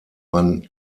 man